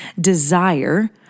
desire